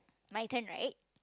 my turn right